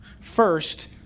First